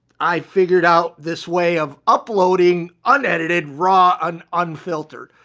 i figured out this way of uploading unedited, raw and unfiltered,